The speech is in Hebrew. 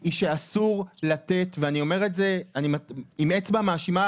היא שאסור לתת ואני אומר את זה עם אצבע מאשימה